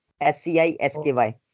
S-C-I-S-K-Y